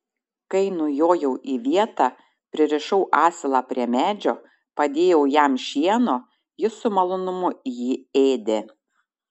kai nujojau į vietą pririšau asilą prie medžio padėjau jam šieno jis su malonumu jį ėdė